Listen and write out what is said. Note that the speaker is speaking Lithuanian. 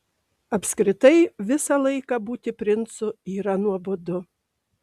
apskritai visą laiką būti princu yra nuobodu